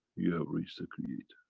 you have reached the creator.